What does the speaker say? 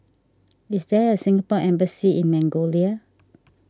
is there a Singapore Embassy in Mongolia